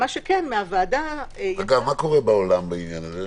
מה קורה בעולם בעניין?